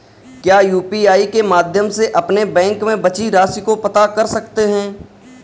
क्या यू.पी.आई के माध्यम से अपने बैंक में बची राशि को पता कर सकते हैं?